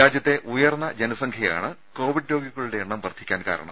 രാജ്യത്തെ ഉയർന്ന ജനസംഖ്യയാണ് കോവിഡ് രോഗികളുടെ എണ്ണം വർദ്ധിക്കാൻ കാരണം